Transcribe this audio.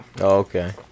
okay